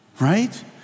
right